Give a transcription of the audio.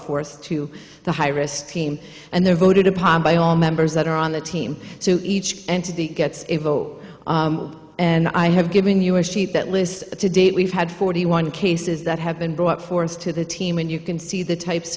forth to the high risk team and they're voted upon by all members that are on the team so each entity gets a vote and i have given you a sheet that list to date we've had forty one cases that have been brought forth to the team and you can see the types